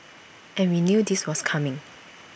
and we knew this was coming